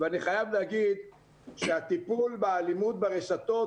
ואני חייב לומר שהטיפול באלימות ברשתות